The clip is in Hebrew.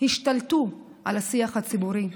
השתלטו על השיח הציבורי.